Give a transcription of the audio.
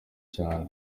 cyane